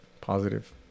positive